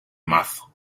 mazo